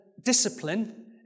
discipline